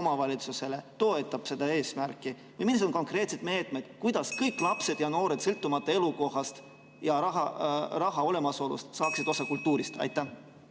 omavalitsusele toetab seda eesmärki? Millised on konkreetsed meetmed, kuidas kõik lapsed ja noored, sõltumata elukohast ja raha olemasolust, saaksid osa kultuurist? Aitäh